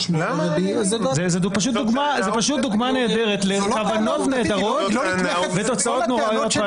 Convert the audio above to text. ----- זאת פשוט דוגמה נהדרת לכוונות נהדרות ותוצאות נוראיות.